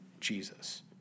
Jesus